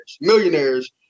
millionaires